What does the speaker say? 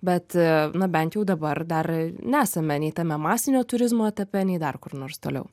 bet na bent jau dabar dar nesame nei tame masinio turizmo etape nei dar kur nors toliau